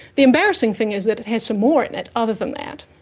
the embarrassing thing is that it has some more in it other than that.